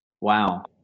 Wow